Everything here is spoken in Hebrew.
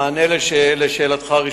רצוני לשאול: